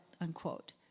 unquote